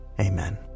amen